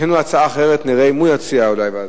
יש לנו הצעה אחרת, נראה אם הוא יציע ועדה.